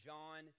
John